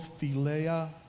philea